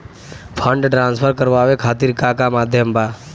Fund transfer करवाये खातीर का का माध्यम बा?